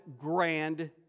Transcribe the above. grand